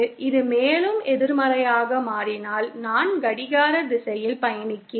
இது மேலும் எதிர்மறையாக மாறினால் நான் கடிகார திசையில் பயணிக்கிறேன்